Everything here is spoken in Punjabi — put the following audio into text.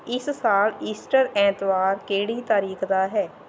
ਇਸ ਸਾਲ ਈਸਟਰ ਐਤਵਾਰ ਕਿਹੜੀ ਤਾਰੀਖ਼ ਦਾ ਹੈ